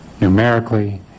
numerically